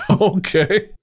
Okay